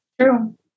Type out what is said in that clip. True